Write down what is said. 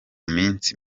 minsi